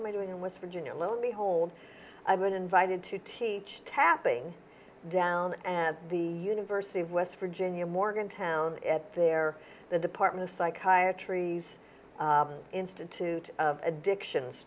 am i doing in west virginia lo and behold i've been invited to teach tapping down and the university of west virginia morgantown at their the department of psychiatry institute of addictions